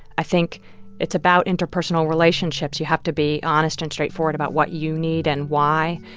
i think it's about interpersonal relationships. you have to be honest and straightforward about what you need and why.